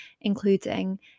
including